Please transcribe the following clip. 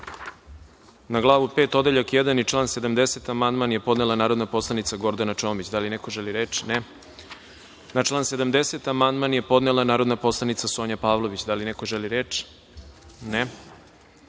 glavu V Odeljak 1. i član 70. amandman je podnela narodna poslanica Gordana Čomić. Da li neko želi reč? (Ne.)Na član 70. amandman je podnela narodna poslanica Sonja Pavlović. Da li neko želi reč?